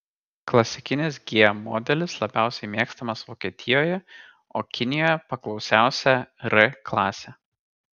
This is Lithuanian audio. klasikinis g modelis labiausiai mėgstamas vokietijoje o kinijoje paklausiausia r klasė